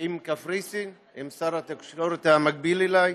עם קפריסין, עם שר התקשורת המקביל לי,